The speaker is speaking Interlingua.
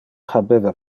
habeva